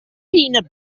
peanut